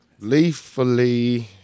Leafly